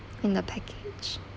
in the package